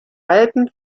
alpen